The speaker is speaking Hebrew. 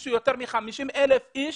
הגישו יותר מ-50,000 אנשים.